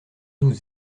douze